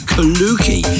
Kaluki